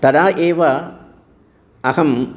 तदा एव अहम्